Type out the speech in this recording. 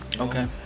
Okay